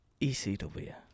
ecw